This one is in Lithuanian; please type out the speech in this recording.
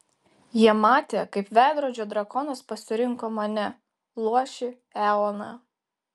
jie matė kaip veidrodžio drakonas pasirinko mane luošį eoną